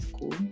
cool